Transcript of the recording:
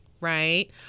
right